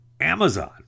Amazon